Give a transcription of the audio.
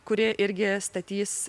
kuri irgi statys